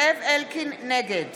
נגד